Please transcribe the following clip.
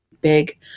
big